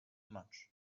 much